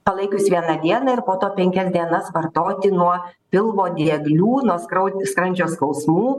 palaikius vieną dieną ir po to penkias dienas vartoti nuo pilvo dieglių nuo skrau skrandžio skausmų